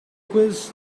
quiz